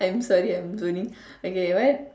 I'm sorry I'm zoning okay what